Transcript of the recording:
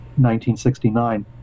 1969